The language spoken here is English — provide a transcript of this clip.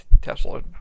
Tesla